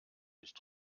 nicht